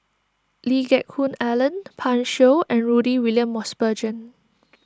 Lee Geck Hoon Ellen Pan Shou and Rudy William Mosbergen